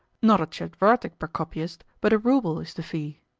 not a tchetvertak per copyist, but a rouble, is the fee.